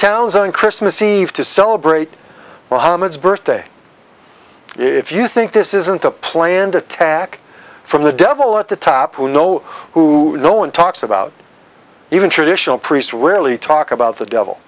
towns on christmas eve to celebrate the homage birthday if you think this isn't a planned attack from the devil at the top we know who no one talks about even traditional priests really talk about the devil